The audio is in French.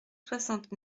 soixante